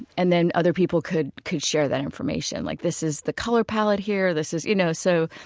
and then other people could could share that information, like, this is the color palette here, this is, you know, so,